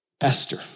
Esther